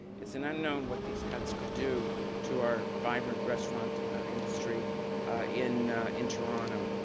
it's an unknown what these cuts could do to our vibrant restaurant industry in in toronto.